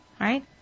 Right